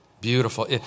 Beautiful